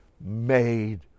made